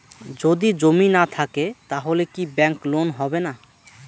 যদি জমি না থাকে তাহলে কি ব্যাংক লোন হবে না?